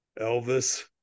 Elvis